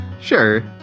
Sure